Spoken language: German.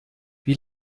wie